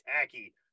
tacky